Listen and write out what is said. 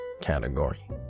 category